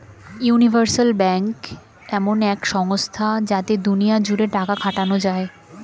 universal bank এমন এক সংস্থা যাতে দুনিয়া জুড়ে টাকা খাটানো যায়